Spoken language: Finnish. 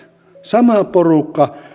sama porukka